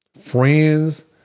friends